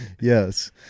yes